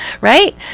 Right